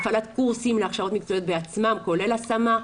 הפעלת קורסים להכשרות מקצועיות בעצמם כולל השמה,